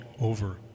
over